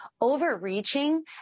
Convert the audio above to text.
overreaching